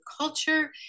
culture